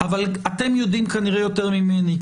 אבל אתם יודעים כנראה יותר ממני,